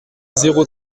zéro